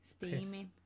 steaming